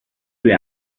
due